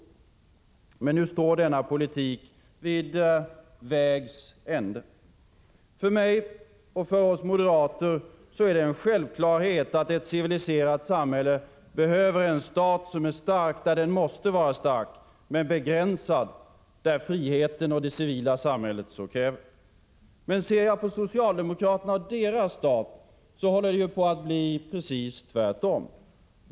Men nu står denna politik vid vägs ände. För mig — och för oss moderater — är det en självklarhet att ett civiliserat samhälle behöver en stat som är stark där den måste vara stark, men begränsad där friheten och det civila samhället så kräver. Men ser jag på socialdemokraterna och deras stat, finner jag att det håller på att bli precis tvärtom.